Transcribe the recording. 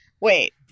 wait